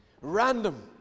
Random